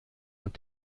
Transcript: und